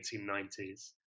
1890s